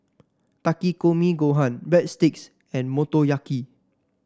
Takikomi Gohan Breadsticks and Motoyaki